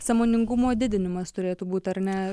sąmoningumo didinimas turėtų būt ar ne